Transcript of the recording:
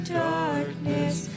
darkness